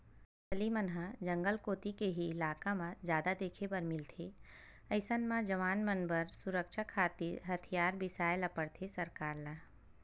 नक्सली मन ह जंगल कोती के ही इलाका म जादा देखे बर मिलथे अइसन म जवान मन बर सुरक्छा खातिर हथियार बिसाय ल परथे सरकार ल